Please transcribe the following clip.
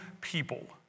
people